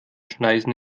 schneisen